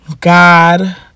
God